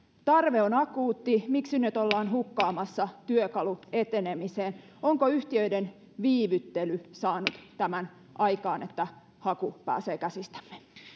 tarve on akuutti miksi nyt ollaan hukkaamassa työkalu etenemiseen onko yhtiöiden viivyttely saanut aikaan sen että haku pääsee käsistämme